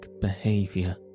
behavior